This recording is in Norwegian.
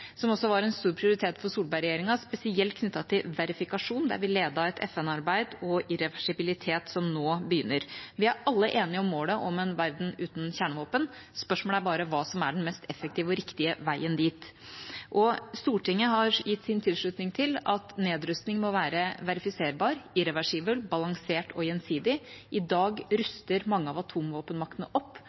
som også var en stor prioritet for Solberg-regjeringa, spesielt knyttet til verifikasjon, der vi ledet et FN-arbeid, og irreversibilitet, som nå begynner. Vi er alle enige om målet om en verden uten kjernevåpen; spørsmålet er bare hva som er den mest effektive og riktige veien dit. Stortinget har gitt sin tilslutning til at nedrustning må være verifiserbar, irreversibel, balansert og gjensidig. I dag ruster mange av atomvåpenmaktene opp,